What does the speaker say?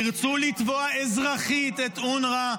ירצו לתבוע אזרחית את אונר"א,